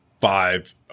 five –